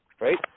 Right